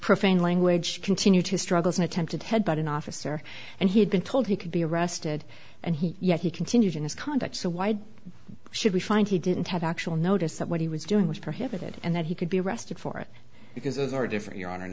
profane language continue to struggle and attempted head but an officer and he had been told he could be arrested and he yet he continued in his conduct so why should we find he didn't have actual notice of what he was doing was prohibited and that he could be arrested for it because those are different your honor an